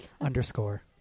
Underscore